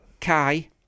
Kai